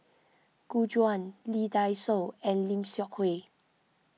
Gu Juan Lee Dai Soh and Lim Seok Hui